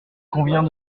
convient